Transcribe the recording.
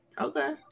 Okay